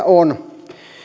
on